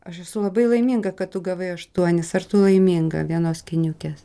aš esu labai laiminga kad tu gavai aštuonis ar tu laiminga vienos kiniukės